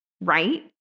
right